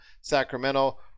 Sacramento